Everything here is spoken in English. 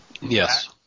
Yes